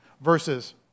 Verses